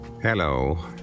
Hello